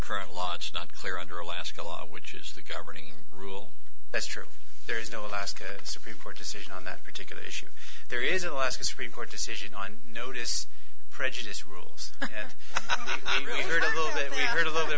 current law it's not clear under alaska law which is the governing rule that's true there is no alaska supreme court decision on that particular issue there is alaska supreme court decision on notice prejudice rules and i'm really worried a little bit